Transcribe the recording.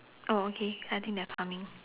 oh okay I think they're coming